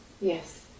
Yes